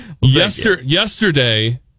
Yesterday